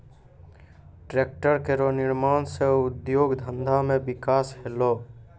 tractor केरो निर्माण सँ उद्योग धंधा मे बिकास होलै